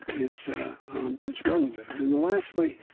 it's ah it's relative and lastly,